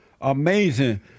Amazing